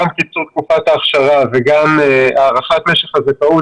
גם קיצור תקופת ההכשרה וגם הארכת משך הזכאות,